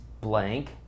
blank